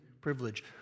privilege